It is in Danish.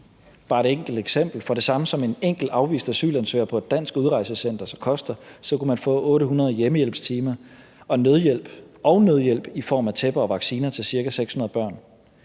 Bare et enkelt eksempel: For det samme, som en enkelt afvist asylansøger på et dansk udrejsecenter koster, kunne man få 800 hjemmehjælpstimer og nødhjælp i form af tæpper og vacciner til ca. 600 børn.